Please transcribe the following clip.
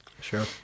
Sure